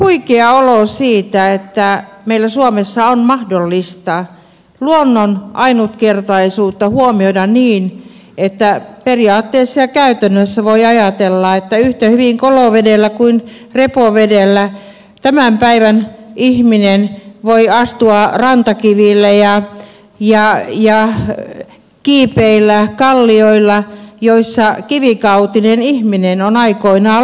tuli huikea olo siitä että meillä suomessa on mahdollista luonnon ainutkertaisuutta huomioida niin että periaatteessa ja käytännössä voi ajatella että yhtä hyvin kolovedellä kuin repovedellä tämän päivän ihminen voi astua rantakiville ja kiipeillä kallioilla joilla kivikautinen ihminen on aikoinaan liikkunut